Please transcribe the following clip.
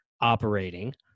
operating